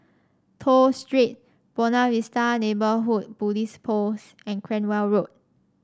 Toh Street Buona Vista Neighbourhood Police Post and Cranwell Road